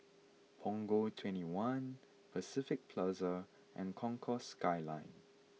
Punggol twenty one Pacific Plaza and Concourse Skyline